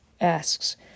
asks